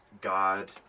God